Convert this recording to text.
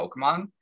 Pokemon